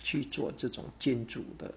去做这种建筑的